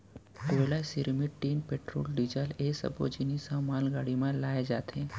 कोयला, सिरमिट, tin, petrol, diesel ए सब्बो जिनिस ह मालगाड़ी म लाए जाथे